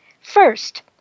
First